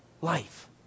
life